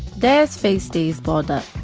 dad's face stays balled up,